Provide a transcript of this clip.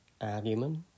argument